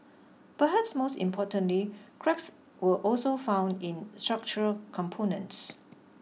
perhaps most importantly cracks were also found in structural components